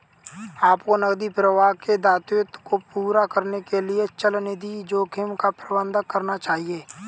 आपको नकदी प्रवाह के दायित्वों को पूरा करने के लिए चलनिधि जोखिम का प्रबंधन करना चाहिए